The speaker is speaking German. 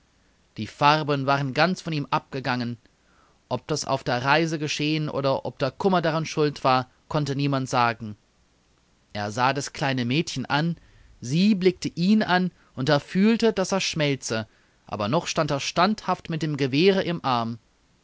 die farben waren ganz von ihm abgegangen ob das auf der reise geschehen oder ob der kummer daran schuld war konnte niemand sagen er sah das kleine mädchen an sie blickte ihn an und er fühlte daß er schmelze aber noch stand er standhaft mit dem gewehre im arm